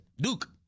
Duke